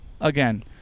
again